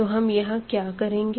तो हम यहाँ क्या करेंगें